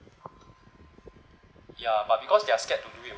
ya but because they're scared do it